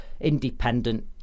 independent